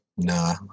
Nah